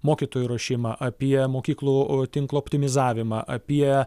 mokytojų ruošimą apie mokyklų tinklo optimizavimą apie